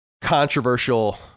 controversial